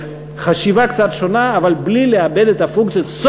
לחשיבה קצת שונה אבל בלי לאבד את הפונקציות.